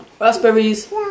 Raspberries